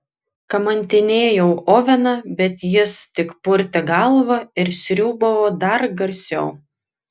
kamantinėjau oveną bet jis tik purtė galvą ir sriūbavo dar garsiau